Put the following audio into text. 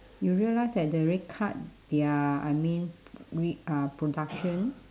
you realise that they already cut their I mean re~ ah production